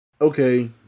okay